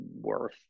worth